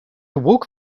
woke